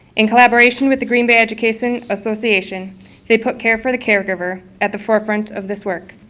in collaboration with the green bay education association they put care for the caregiver at the forefront of this work.